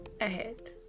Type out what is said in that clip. ahead